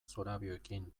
zorabioekin